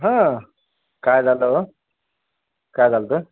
हं काय झालं काय झालं होतं